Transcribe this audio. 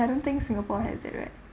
I don't think singapore has it right